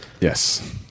Yes